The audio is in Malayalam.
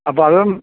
അപ്പോൾ അതും